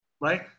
right